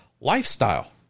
lifestyle